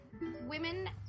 Women